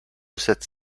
cette